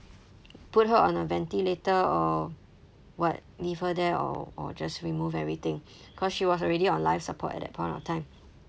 put her on a ventilator or what leave her there or or just remove everything cause she was already on life support at that point of time